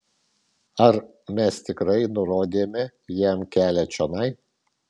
ar mes tikrai nurodėme jam kelią čionai